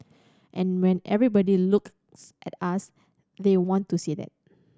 and when everybody looks at us they want to see that